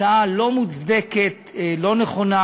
הצעה לא מוצדקת ולא נכונה,